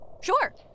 Sure